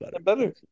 better